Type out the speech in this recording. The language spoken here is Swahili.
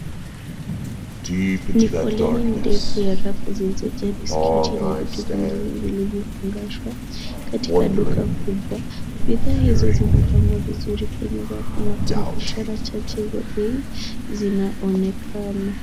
Ni foleni ndefu ya rafu zilizojaa biskuti na vitu vingine vilivyofungashwa katika duka kubwa. Bidhaa hizo zimepangwa vizuri kwenye rafu na kuna ishara chache za bei zinaonekana.